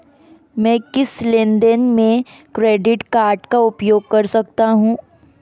मैं किस लेनदेन में क्रेडिट कार्ड का उपयोग कर सकता हूं?